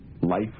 life